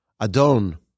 Adon